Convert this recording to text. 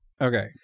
Okay